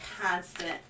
constant